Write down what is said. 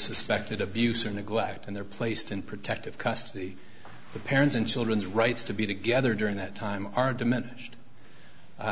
suspected abuse or neglect and they're placed in protective custody the parents and children's rights to be together during that time are diminished